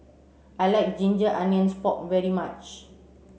I like ginger onions pork very much